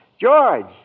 George